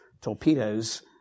torpedoes